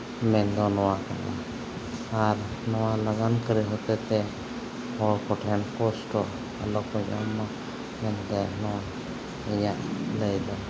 ᱢᱮᱱᱫᱚ ᱱᱚᱣᱟ ᱟᱨ ᱱᱚᱣᱟ ᱞᱟᱜᱟᱱ ᱠᱟᱹᱨᱤ ᱦᱚᱛᱮ ᱛᱮ ᱦᱚᱲ ᱠᱚᱴᱷᱮᱱ ᱠᱚᱥᱴᱚ ᱟᱞᱚ ᱠᱚ ᱮᱢ ᱢᱟ ᱢᱮᱱᱛᱮ ᱱᱚᱣᱟ ᱨᱮᱭᱟᱜ ᱞᱟᱹᱭ ᱫᱚ